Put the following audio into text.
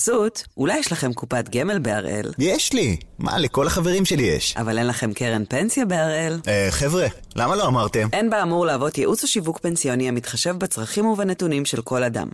בחסות: אולי יש לכם קופת גמל בהראל.. יש לי! מה, לכל החברים שלי יש. אבל אין לכם קרן פנסיה בהראל. אה, חבר׳ה, למה לא אמרתם? אין באמור להוות ייעוץ או שיווק פנסיוני המתחשב בצרכים ובנתונים של כל אדם.